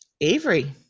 avery